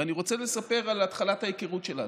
ואני רוצה לספר על התחלת ההיכרות שלנו.